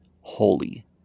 Holy